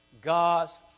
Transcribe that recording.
God's